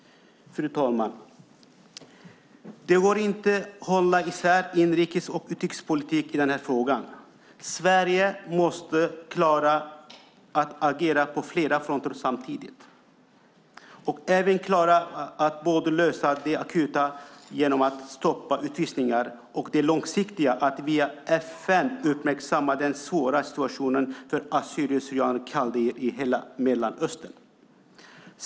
Fru talman! Det går inte att hålla isär inrikes och utrikespolitik i den här frågan. Sverige måste klara att agera på flera fronter samtidigt. Sverige måste även klara att lösa både det akuta genom att stoppa utvisningar och det långsiktiga att via FN uppmärksamma den svåra situationen för assyrier/syrianer och kaldéer i hela Mellanöstern.